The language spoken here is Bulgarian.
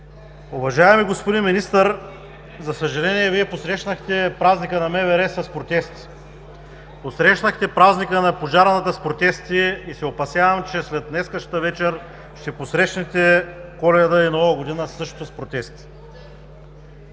Уважаеми господин Министър, за съжаление, Вие посрещнахте празника на МВР с протести, посрещнахте празника на пожарната с протести и се опасявам, че след днешната вечер ще посрещнете Коледа и Нова година също с протести.